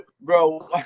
bro